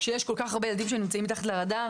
כשיש כל כך הרבה ילדים שנמצאים מתחת לרדאר,